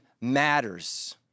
matters